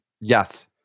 Yes